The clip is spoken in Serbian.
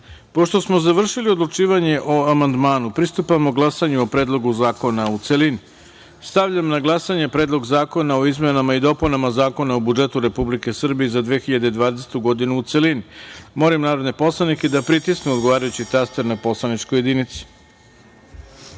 smo završili odlučivanje o amandmanu, pristupamo glasanju o Predloga zakona u celini. Stavljam na glasanje Predlog zakona o izmenama i dopunama Zakona o budžetu Republike Srbije za 2020. godinu, u celini. Molim narodne poslanike da pritisnu odgovarajući taster na poslaničkoj